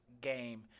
game